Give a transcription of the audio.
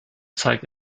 zeigt